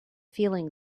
feeling